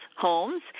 homes